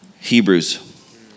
Hebrews